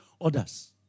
others